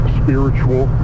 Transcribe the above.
spiritual